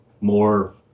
more